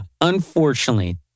unfortunately